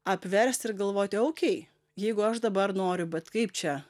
apverst ir galvoti oukei jeigu aš dabar noriu bet kaip čia